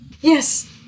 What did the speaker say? Yes